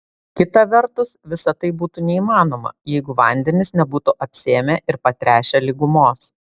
kita vertus visa tai būtų neįmanoma jeigu vandenys nebūtų apsėmę ir patręšę lygumos